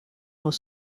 was